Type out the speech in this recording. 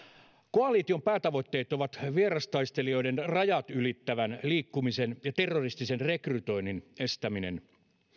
koalition päätavoitteena on vierastaistelijoiden rajat ylittävän liikkumisen ja terroristisen rekrytoinnin estäminen